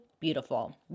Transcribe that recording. Beautiful